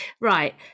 right